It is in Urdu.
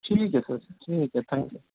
ٹھیک ہے سر ٹھیک ہے تھینک یو